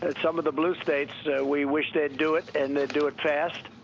and some of the blue states we wish they'd do it and they'd do it fast.